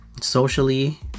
socially